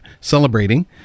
celebrating